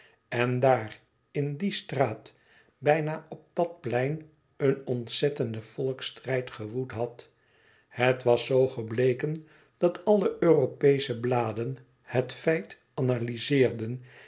en daar in die straat bijna op dat plein een ontzettende volksstrijd gewoed had het was z gebleken dat alle europeesche bladen het feit analyzeerden